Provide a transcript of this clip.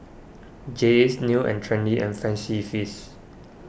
Jays New and Trendy and Fancy Feast